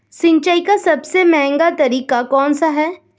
सिंचाई का सबसे महंगा तरीका कौन सा है?